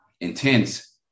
intense